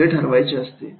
हे ठरवायचे असते